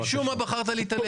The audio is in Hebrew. בבקשה משום מה בחרת להתעלם.